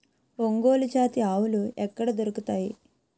ఒంగోలు జాతి ఆవులు ఎక్కడ దొరుకుతాయి?